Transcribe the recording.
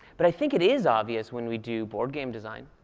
but i think it is obvious when we do board game design.